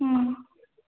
हँ